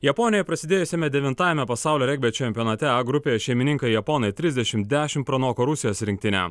japonijoje prasidėjusiame devintajame pasaulio regbio čempionate a grupėje šeimininkai japonai trisdešimt ešimt pranoko rusijos rinktinę